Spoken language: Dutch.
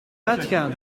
uitgaan